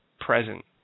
present